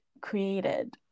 created